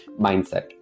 mindset